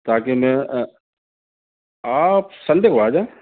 تاکہ میں آپ سنڈے کو آ جائیں